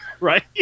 right